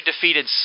defeated